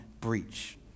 breach